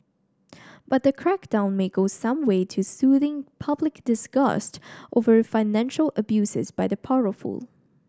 but the crackdown may go some way to soothing public disgust over financial abuses by the powerful